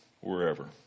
wherever